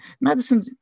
Madison